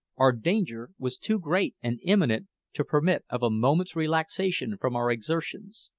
our danger was too great and imminent to permit of a moment's relaxation from our exertions.